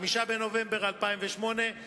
5 בנובמבר 2008,